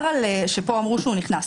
שפה אמרו שהוא נכנס.